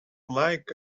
like